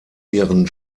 ihren